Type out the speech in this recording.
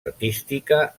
artística